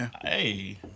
hey